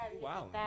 Wow